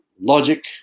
logic